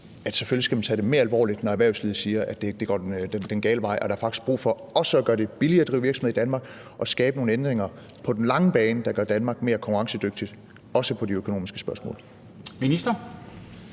man selvfølgelig skal tage det mere alvorligt, når erhvervslivet siger, at det går den gale vej, og at der faktisk er brug for at gøre det billigere at drive virksomhed i Danmark og skabe nogle ændringer på den lange bane, der gør Danmark mere konkurrencedygtigt, også på de økonomiske spørgsmål?